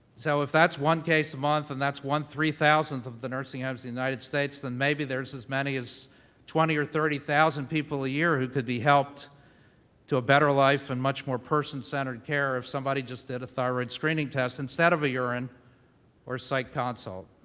so, if that's one case a month and that's one three thousandth of the nursing homes in the united states, then maybe there's as many as twenty or thirty thousand people a year who could be helped to a better life and much more person-centered care if somebody just did a thyroid screening test instead of a urine or psych consult.